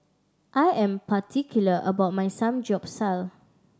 I am particular about my Samgeyopsal